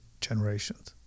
generations